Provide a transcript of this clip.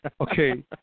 okay